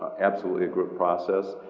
absolutely a group process.